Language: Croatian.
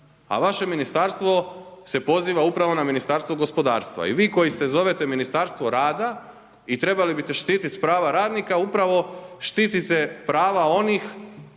a vaše ministarstvo se poziva upravo na Ministarstvo gospodarstva i vi koji se zovete Ministarstvo rada i trebali bi ste štitit prava radnika upravo štitite prava onih